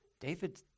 David